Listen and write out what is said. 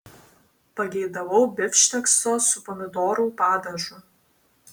pageidavau bifštekso su pomidorų padažu